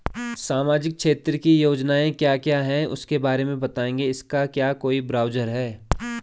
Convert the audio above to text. सामाजिक क्षेत्र की योजनाएँ क्या क्या हैं उसके बारे में बताएँगे इसका क्या कोई ब्राउज़र है?